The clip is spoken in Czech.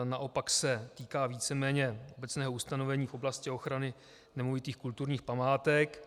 Naopak se týká víceméně obecného ustanovení v oblasti ochrany nemovitých kulturních památek.